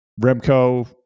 Remco